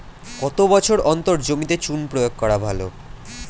কত বছর অন্তর জমিতে চুন প্রয়োগ করা ভালো?